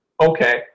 Okay